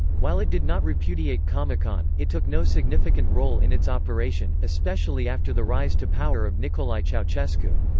while it did not repudiate comecon, it took no significant role in its operation, especially after the rise to power of nicolae ceausescu.